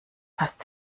fast